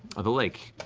of the lake.